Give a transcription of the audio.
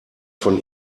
von